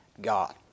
God